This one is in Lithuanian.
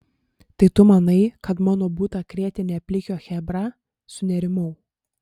tai tu manai kad mano butą krėtė ne plikio chebra sunerimau